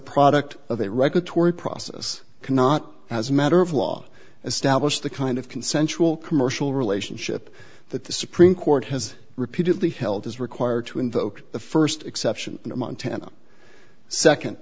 product of a record tory process cannot as a matter of law as stablished the kind of consensual commercial relationship that the supreme court has repeatedly held is required to invoke the st exception in a montana